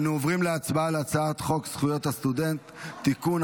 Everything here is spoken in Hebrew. אנו עוברים להצבעה על הצעת חוק זכויות הסטודנט (תיקון,